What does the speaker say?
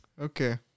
Okay